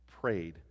prayed